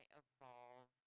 evolve